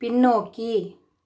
பின்னோக்கி